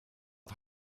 had